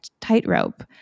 tightrope